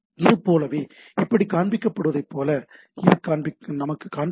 இது போலவே இது இப்படி காண்பிக்கப்படுவதைப் போல இது நமக்குக் காண்பிக்கும்